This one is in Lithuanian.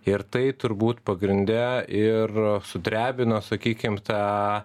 ir tai turbūt pagrinde ir sudrebino sakykim tą